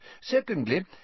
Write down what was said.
Secondly